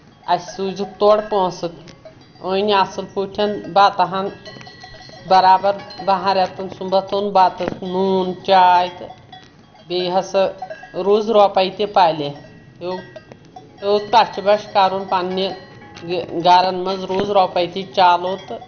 اَسہِ سوٗزِکھ تورٕ پونٛسہٕ أنۍ اَصٕل پٲٹھۍ بَتہَن برابر بہن رؠتَن سومب اوٚن بَتہٕ نوٗن چاے تہٕ بیٚیہِ ہَسا رُز رۄپیہِ تہِ پَلے ہیٚو ہیوٚت تَش بَش کَرُن پَنٕنہِ گَرَن منٛز روٗز رۄپَے تہِ چالو تہٕ